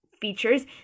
features